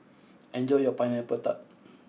enjoy your Pineapple Tart